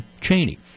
Cheney